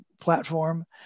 platform